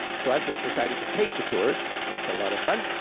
so i've just decided to take the tours. it's a lot of fun,